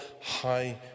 high